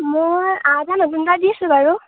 মোৰ বাৰু